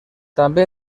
també